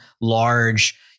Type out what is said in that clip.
large